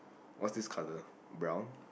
what's this color brown